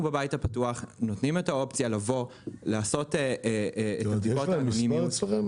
אנחנו בבית הפתוח נותנים את האופציה לבוא ולעשות בדיקות אנונימיות,